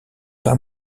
pas